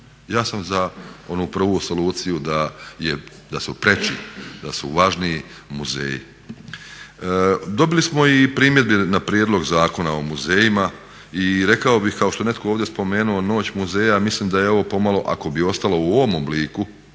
Ja sam za onu prvu soluciju da su važniji muzeji. Dobili smo i primjedbe na prijedlog Zakona o muzejima i rekao bih, kao što je netko ovdje spomenuo Noć muzeja, mislim da je ovo pomalo ako bi ostalo u ovom obliku,